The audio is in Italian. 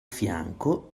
fianco